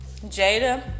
Jada